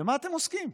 במה אתם עוסקים?